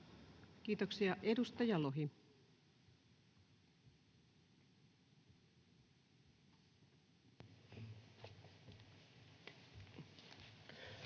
Kiitoksia. — Edustaja Lohi.